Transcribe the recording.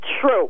true